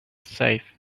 safe